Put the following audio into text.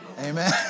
Amen